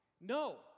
No